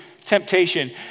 temptation